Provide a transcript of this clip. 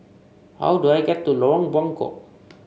how do I get to Lorong Buangkok